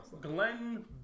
Glenn